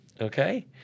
Okay